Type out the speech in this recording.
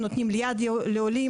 נותנים יד לעולים,